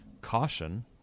caution